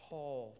Paul